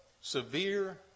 Severe